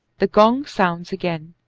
the gong sounds again.